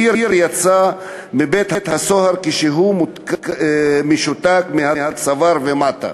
מאיר יצא מבית-הסוהר כשהוא משותק מהצוואר ומטה.